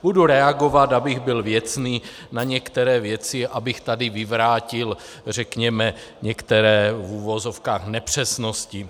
Budu reagovat, abych byl věcný, na některé věci, abych tady vyvrátil některé v uvozovkách nepřesnosti.